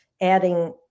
adding